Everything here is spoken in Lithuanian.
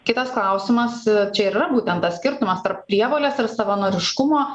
kitas klausimas čia ir yra būtent tas skirtumas tarp prievolės ir savanoriškumo